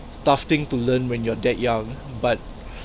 tough thing to learn when you're that young but